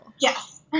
Yes